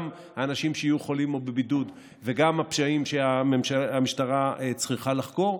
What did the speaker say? גם האנשים שיהיו חולים או בבידוד וגם הפשעים שהמשטרה צריכה לחקור,